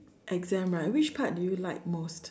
exam right which part do you like most